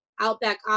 Outback